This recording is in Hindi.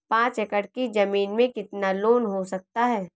पाँच एकड़ की ज़मीन में कितना लोन हो सकता है?